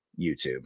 YouTube